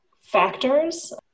factors